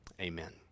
Amen